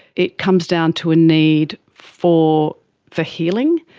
it comes down to a need for for healing,